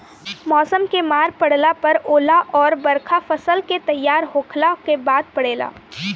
मौसम के मार पड़ला पर ओला अउर बरखा फसल के तैयार होखला के बाद पड़ेला